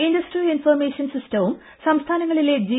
industrial information സിസ്റ്റവും സംസ്ഥാനങ്ങളിലെ G